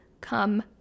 come